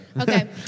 okay